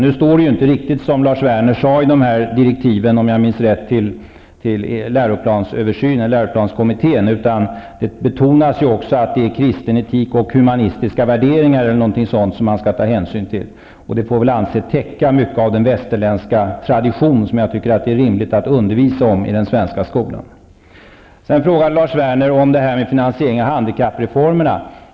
I direktiven till läroplanskommittén står det nu inte, om jag minns rätt, riktigt så som Lars Werner sade, utan det betonas att det är kristen etik och humanistiska värden som man skall ta hänsyn till. Det får väl anses täcka mycket av den kristna tradition som jag tycker att det är rimligt att man undervisar om i den svenska skolan. Lars Werner frågade om finansieringen av handikappreformerna.